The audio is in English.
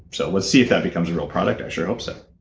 so let's see if that becomes a real product, i sure hope so